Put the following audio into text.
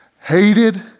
hated